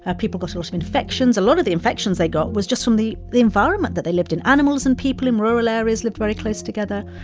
ah people got lots of infections. a lot of the infections they got was just from the the environment that they lived in. animals and people in rural areas lived very close together.